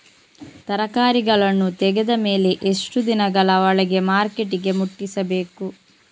ತರಕಾರಿಗಳನ್ನು ತೆಗೆದ ಮೇಲೆ ಎಷ್ಟು ದಿನಗಳ ಒಳಗೆ ಮಾರ್ಕೆಟಿಗೆ ಮುಟ್ಟಿಸಬೇಕು?